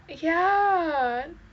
ya